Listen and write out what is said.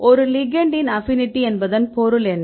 ஒரு லிகெெண்ட்டின் அப்பினிடி என்பதன் பொருள் என்ன